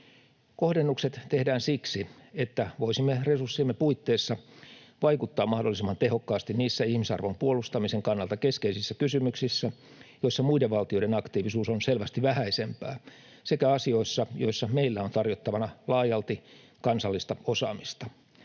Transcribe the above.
Kohdennukset tehdään siksi, että voisimme resurssiemme puitteissa vaikuttaa mahdollisimman tehokkaasti niissä ihmisarvon puolustamisen kannalta keskeisissä kysymyksissä, joissa muiden valtioiden aktiivisuus on selvästi vähäisempää, sekä asioissa, joissa meillä on tarjottavana laajalti kansallista osaamista.